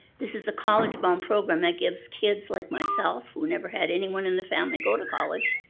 this is a college bound program that gives kids, like myself who never had anyone in the family go to college,